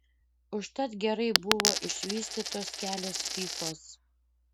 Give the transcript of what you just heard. užtat gerai buvo išvystytos kelios fyfos